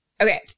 Okay